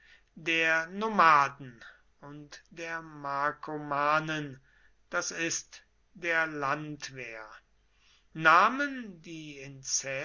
der nomaden und der markomannen das ist der landwehr namen die